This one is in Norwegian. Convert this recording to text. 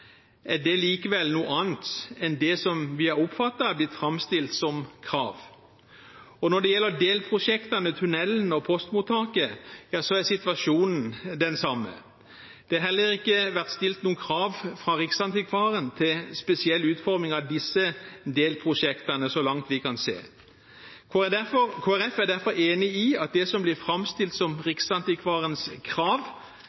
er det likevel noe annet enn det som vi har oppfattet er blitt framstilt som krav. Når det gjelder delprosjektene, tunnelen og postmottaket, er situasjonen den samme. Det har heller ikke vært stilt noen krav fra Riksantikvaren til spesiell utforming av disse delprosjektene, så langt vi kan se. Kristelig Folkeparti er derfor enig i at det som blir framstilt som